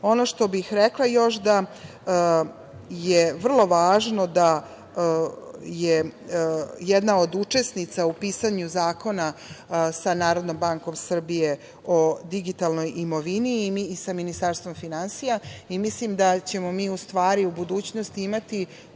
što bih rekla još je da vrlo važno da je jedna od učesnica u pisanju Zakona sa NBS o digitalnoj imovini i sa Ministarstvom finansija i mislim da ćemo mi u stvari u budućnosti imati